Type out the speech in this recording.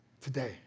Today